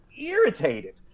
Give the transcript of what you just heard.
irritated